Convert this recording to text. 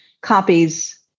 copies